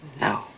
No